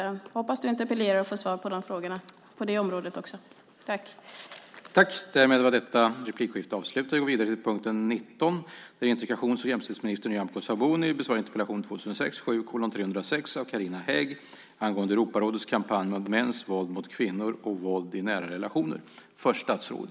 Jag hoppas att Luciano Astudillo interpellerar och får svar på sina frågor också av andra ministrar.